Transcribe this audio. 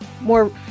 more